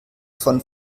von